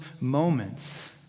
moments